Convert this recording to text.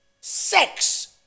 sex